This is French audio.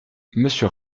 monsieur